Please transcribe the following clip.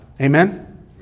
Amen